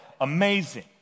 amazing